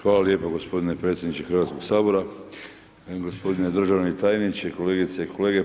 Hvala lijepo gospodine predsjedniče Hrvatskoga sabora, gospodine državni tajniče, kolegice i kolege.